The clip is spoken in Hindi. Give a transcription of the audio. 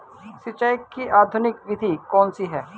सिंचाई की आधुनिक विधि कौन सी है?